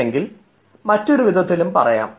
അല്ലെങ്കിൽ മറ്റൊരു വിധത്തിലും പറയാം